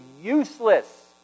useless